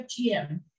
FGM